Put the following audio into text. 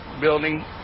building